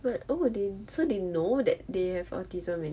but oh they so they know that they have autism and and